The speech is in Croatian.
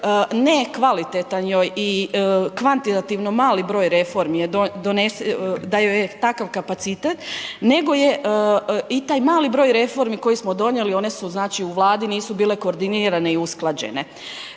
nekvalitetan joj i kvalitativno mali broj reformi je donesen, da joj takav kapacitet, nego je i taj mali broj reformi koje smo donijeli, one su znači u Vladi, nisu bile koordinirane i usklađene